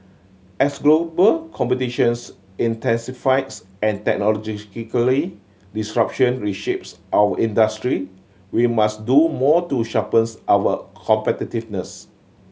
as global competitions intensifies and technological disruption reshapes our industry we must do more to sharpens our competitiveness